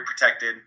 protected